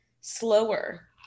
slower